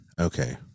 Okay